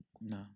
No